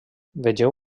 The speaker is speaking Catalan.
vegeu